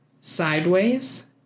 Sideways